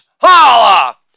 Holla